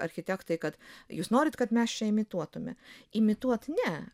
architektai kad jūs norit kad mes čia imituotume imituot ne